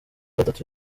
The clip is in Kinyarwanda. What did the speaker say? batatu